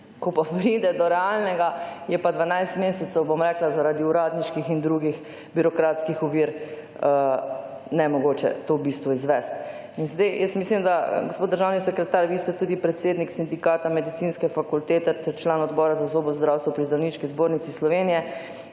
Ko pa pride do realnega je pa 12 mesecev, bom rekla zaradi uradniških in drugih birokratskih ovir nemogoče to v bistvu izvesti. In zdaj jaz mislim, da, gospod vi državni sekretar, vi ste tudi predsednik Sindikata medicinske fakultete, ter član Odbora za zobozdravstvo pri Zdravniški zbornici Slovenije,